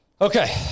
Okay